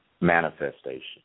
manifestation